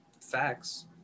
facts